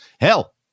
hell